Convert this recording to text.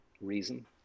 reason